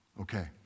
okay